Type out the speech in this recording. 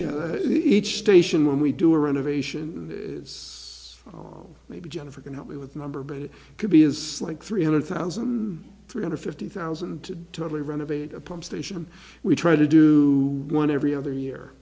you know each station when we do a renovation it's maybe jennifer can help me with the number but it could be is like three hundred thousand three hundred fifty thousand to totally renovate a pump station and we try to do one every other year